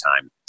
time